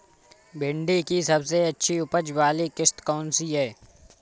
भिंडी की सबसे अच्छी उपज वाली किश्त कौन सी है?